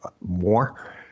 more